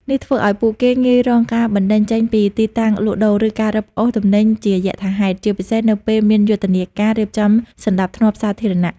នេះធ្វើឱ្យពួកគេងាយរងការបណ្តេញចេញពីទីតាំងលក់ដូរ ឬការរឹបអូសទំនិញជាយថាហេតុ ជាពិសេសនៅពេលមានយុទ្ធនាការរៀបចំសណ្តាប់ធ្នាប់សាធារណៈ ។